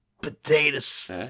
potatoes